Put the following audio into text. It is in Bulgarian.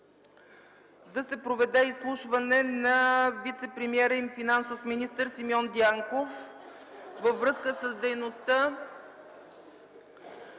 да се проведе изслушване на вицепремиера и финансов министър Симеон Дянков във връзка с дейността